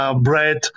Bread